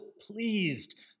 pleased